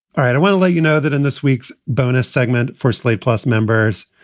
i and want to let you know that in this week's bonus segment for slate plus members,